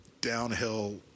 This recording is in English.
downhill